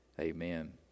amen